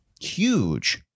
huge